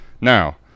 Now